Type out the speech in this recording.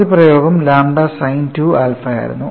ആദ്യ പ്രയോഗം lambda sine 2 ആൽഫയായിരുന്നു